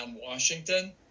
washington